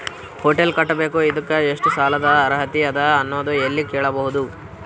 Hotel ಕಟ್ಟಬೇಕು ಇದಕ್ಕ ಎಷ್ಟ ಸಾಲಾದ ಅರ್ಹತಿ ಅದ ಅನ್ನೋದು ಎಲ್ಲಿ ಕೇಳಬಹುದು?